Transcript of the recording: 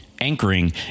Anchoring